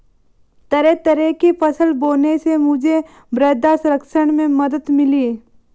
तरह तरह की फसल बोने से मुझे मृदा संरक्षण में मदद मिली